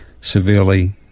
severely